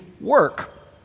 work